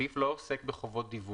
החוק לא עוסק בחובות דיווח.